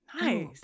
Nice